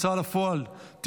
הצעת חוק ההוצאה לפועל (תיקון,